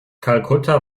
kalkutta